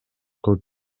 кылып